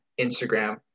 instagram